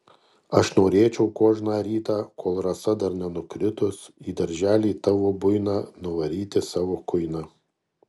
aš norėčiau kožną rytą kol rasa dar nenukritus į darželį tavo buiną nuvaryti savo kuiną